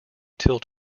tilt